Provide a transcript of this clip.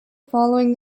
following